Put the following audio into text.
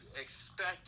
expect